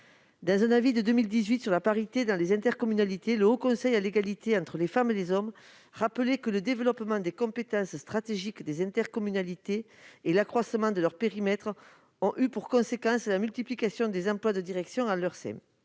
Dans un avis sur la parité dans les intercommunalités rendu en 2018, le Haut Conseil à l'égalité entre les femmes et les hommes rappelait que le développement des compétences stratégiques des intercommunalités et l'accroissement de leur périmètre ont eu pour conséquence la multiplication des emplois de direction en leur sein.